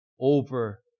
over